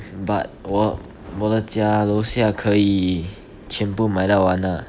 but 我我的家楼下可以全部买到完 lah